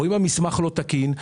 אם המסמך לא תקין?